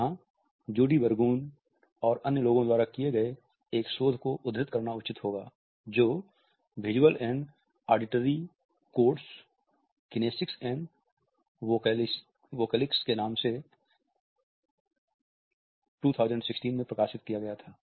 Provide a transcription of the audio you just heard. यहाँ Judee Burgoon और अन्य लोगों द्वारा एक किये गए एक शोध को उद्धृत करना उचित होगा जो visual and auditory codes kinesics and vocalics नाम से 2016 में प्रकाशित किया गया था